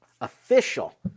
official